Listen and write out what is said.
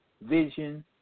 vision